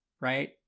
right